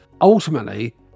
ultimately